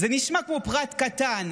זה נשמע כמו פרט קטן,